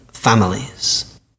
Families